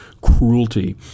cruelty